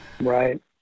right